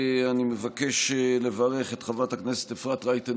אני מבקש לברך את חברת הכנסת אפרת רייטן